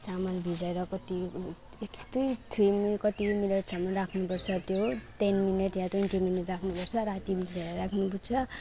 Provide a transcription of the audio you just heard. चामल भिजाएर कत्ति यस्तै थ्री मिनट कति मिनट छ राख्नुपर्छ त्यो टेन मिनट या ट्वेन्टी मिनट राख्नुपर्छ राति भिजाएर राख्नुपर्छ